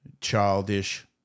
childish